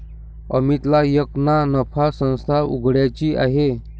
अमितला एक ना नफा संस्था उघड्याची आहे